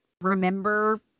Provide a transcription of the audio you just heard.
remember